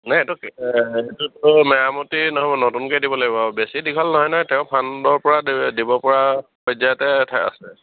নাই এইটো এইটোতো মেৰামতি নহ'ব নতুনকে দিব লাগিব বেছি দীঘল নহয় নহয় তেওঁ ফাণ্ডৰ পৰা দিব পৰা পৰ্যায়তে আছে